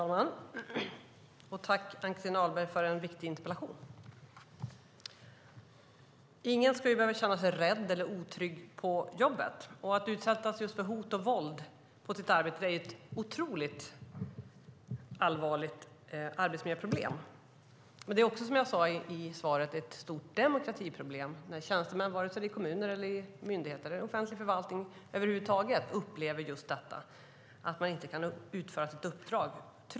Herr talman! Jag tackar Ann-Christin Ahlberg för en viktig interpellation. Ingen ska behöva känna sig rädd eller otrygg på jobbet, och att utsättas för just hot och våld på sitt arbete är ett otroligt allvarligt arbetsmiljöproblem. Men det är också som jag sade i svaret: Det är ett stort demokratiproblem när tjänstemän, vare sig det de jobbar i kommuner, i myndigheter eller över huvud taget i offentlig förvaltning, upplever att de inte tryggt kan utföra sitt uppdrag.